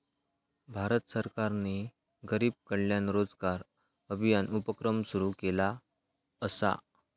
भारत सरकारने गरीब कल्याण रोजगार अभियान उपक्रम सुरू केला असा